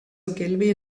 ogilvy